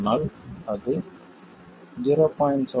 ஆனால் அது 0